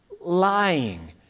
lying